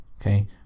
okay